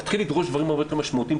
להתחיל לדרוש דברים הרבה יותר משמעותיים,